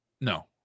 No